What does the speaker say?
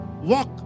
walk